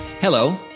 Hello